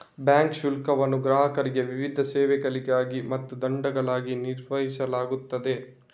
bank ಶುಲ್ಕವನ್ನು ಗ್ರಾಹಕರಿಗೆ ವಿವಿಧ ಸೇವೆಗಳಿಗಾಗಿ ಮತ್ತು ದಂಡಗಳಾಗಿ ನಿರ್ಣಯಿಸಲಾಗುತ್ತದೆ